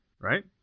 right